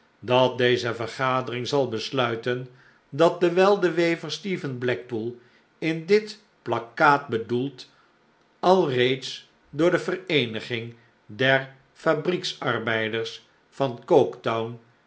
dat deze vergadering zal besluiten dat dewijl de wever stephen blackpool in dit plakkaat bedoeld alreeds door de vereeniging der fabriekarbeiders van